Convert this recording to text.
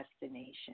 destination